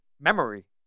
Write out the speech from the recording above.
memory